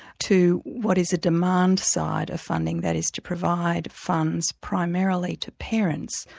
to what is a demand side of funding that is to provide funds primarily to parents,